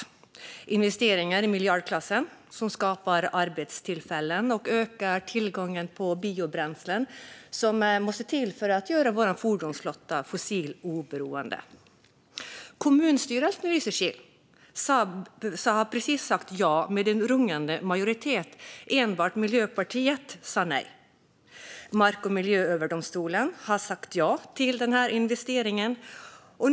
Det handlar om investeringar i miljardklassen som skapar arbetstillfällen och ökar tillgången till biobränslen, som måste till för att göra vår fordonsflotta fossiloberoende. Kommunstyret i Lysekil har precis sagt ja med en rungande majoritet. Enbart Miljöpartiet sa nej. Mark och miljööverdomstolen har sagt ja till investeringen.